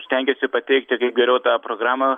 stengiasi pateikti kaip geriau tą programą